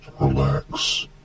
relax